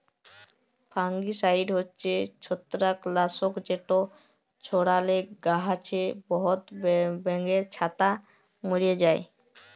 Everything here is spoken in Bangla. ফাঙ্গিসাইড হছে ছত্রাক লাসক যেট ছড়ালে গাহাছে বহুত ব্যাঙের ছাতা ম্যরে যায়